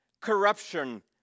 corruption